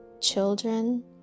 children